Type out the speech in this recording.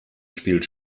spielt